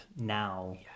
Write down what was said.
now